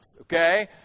okay